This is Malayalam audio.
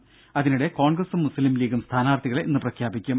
രും അതിനിടെ കോൺഗ്രസും മുസ്ലിംലീഗും സ്ഥാനാർത്ഥികളെ ഇന്ന് പ്രഖ്യാപിക്കും